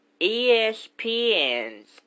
ESPN's